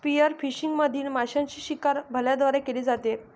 spearfishing मधील माशांची शिकार भाल्यांद्वारे केली जाते